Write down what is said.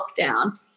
lockdown